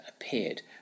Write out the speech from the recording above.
appeared